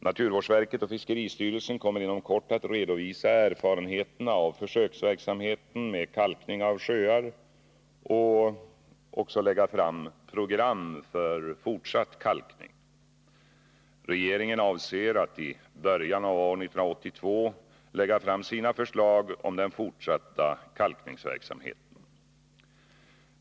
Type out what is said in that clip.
Naturvårdsverket och fiskeristyrelsen kommer inom kort att redovisa erfarenheterna av försöksverksamheten med kalkning av sjöar och också lägga fram program för fortsatt kalkning. Regeringen avser att i början av år 1982 lägga fram sina förslag om den fortsatta kalkningsverksamheten.